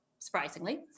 surprisingly